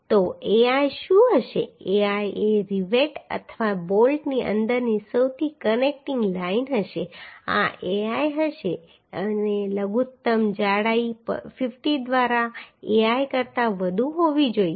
તો ai શું હશે ai એ રિવેટ અથવા બોલ્ટની અંદરની સૌથી કનેક્ટિંગ લાઇન હશે આ ai હશે અને લઘુત્તમ જાડાઈ 50 દ્વારા ai કરતા વધુ હોવી જોઈએ